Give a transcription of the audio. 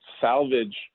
salvage